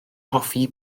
hoffi